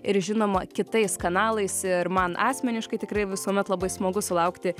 ir žinoma kitais kanalais ir man asmeniškai tikrai visuomet labai smagu sulaukti